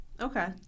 Okay